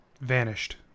vanished